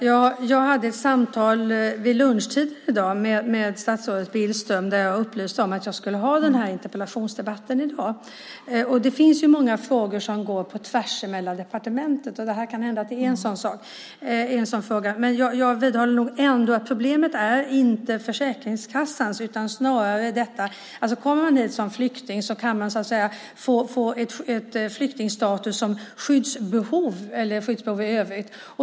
Herr talman! Jag hade samtal vid lunchtid i dag med statsrådet Billström, då jag upplyste om att jag skulle ha den här interpellationsdebatten i dag. Det finns ju många frågor som går på tvärs emellan departementen, och det kan hända att det här är en sådan fråga. Men jag vidhåller nog ändå att problemet inte är Försäkringskassans. Snarare är det detta, att kommer man hit som flykting kan man få flyktingstatus därför att man har skyddsbehov eller skyddsbehov i övrigt.